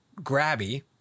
grabby